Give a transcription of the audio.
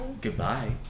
Goodbye